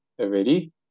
already